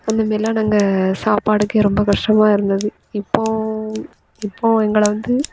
அந்த மாரில்லாம் நாங்கள் சாப்பாடுக்கே ரொம்ப கஷ்டமாக இருந்துது இப்போது இப்போது எங்களை வந்து